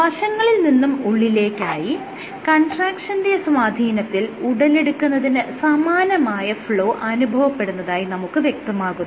വശങ്ങളിൽ നിന്നും ഉള്ളിലേക്കായി കൺട്രാക്ഷന്റെ സ്വാധീനത്തിൽ ഉടലെടുക്കുന്നതിന് സമാനമായ ഫ്ലോ അനുഭവപ്പെടുന്നതായി നമുക്ക് വ്യക്തമാകുന്നു